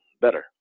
better